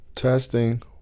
Testing